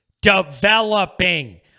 developing